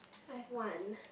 I have one